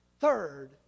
third